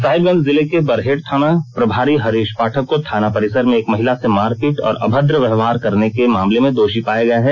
साहिबगंज जिले के बरहेठ थाना प्रभारी हरीश पाठक को थाना परिसर में एक महिला से मारपीट और अभद्र व्यवहार करने के मामले में दोषी पाया गया है